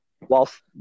whilst